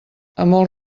amor